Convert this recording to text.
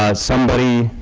ah somebody